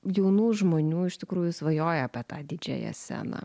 jaunų žmonių iš tikrųjų svajoja apie tą didžiąją sceną